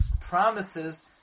promises